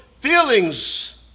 feelings